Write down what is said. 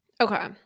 Okay